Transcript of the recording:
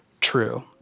true